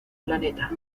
planeta